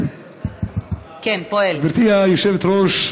גברתי היושבת-ראש,